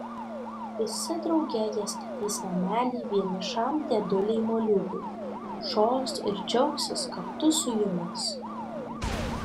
visi drauge jie statys namelį vienišam dėdulei moliūgui šoks ir džiaugsis kartu su jumis